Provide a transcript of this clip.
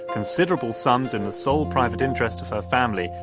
considerable sums in the sole private interest of her family,